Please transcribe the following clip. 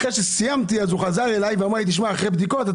אחרי שסיימתי חזר אליי ואמר שאחרי בדיקות,